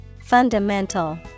Fundamental